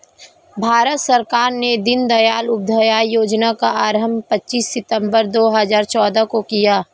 भारत सरकार ने दीनदयाल उपाध्याय योजना का आरम्भ पच्चीस सितम्बर दो हज़ार चौदह को किया